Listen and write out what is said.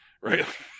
Right